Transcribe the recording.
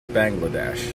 bangladesh